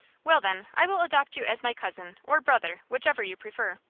well, then, i will adopt you as my cousin, or brother, whichever you prefer!